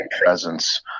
presence